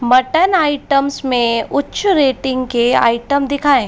mutton items में उच्च rating के आइटम दिखाएँ